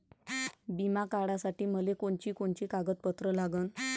बिमा काढासाठी मले कोनची कोनची कागदपत्र लागन?